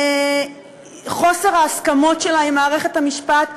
חוסר ההסכמות שלה עם מערכת המשפט,